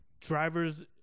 drivers